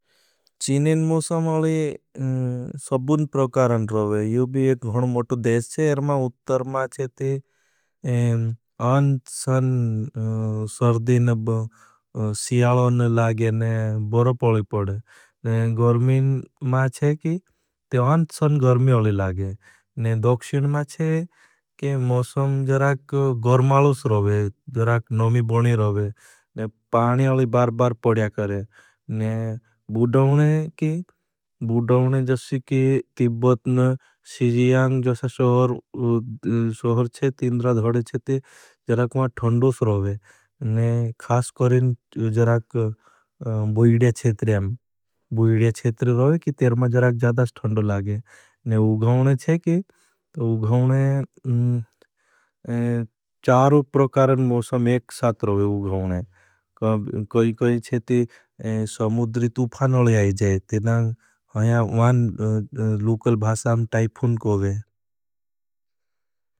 चीनें मौसम अलि सब्बुन प्रकारण रोभे। योभी एक गहण मोटु देश चे, इरमा उत्तर मा चेती अन्सन सर्दीन सियालन लागे ने बरो पॉली पड़े। गर्मी मा चेकी ते अन्सन गर्मी अलि लागे। दोक्षिन मा चेकी मौसम गर्मालो सर रोभे, नोमी बोनी रोभे, पानी अलि बार बार पड़े करें। बुदाउने जसी की तिबतन, सीजियांग शोहर चेती जराख मा थंडो सर रोभे। खास करें जराख बुइड्या चेत्री हम, बुइड्या चेत्री रोहे की तेर मा जराख जाधा स्थंडो लागे। ने उगहौने चेकी, तो उगहौने चारू प्रकारण मौसम एक सात रोभे उगहौने। कोई कोई चेती समुद्री तुफान अले आई जाए। तेना वान लूकल भासाम टाइफुन कोबे।